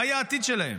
מה יהיה העתיד שלהם